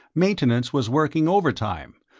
maintenance was working overtime,